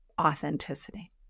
authenticity